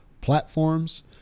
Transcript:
platforms